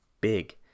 big